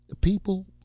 People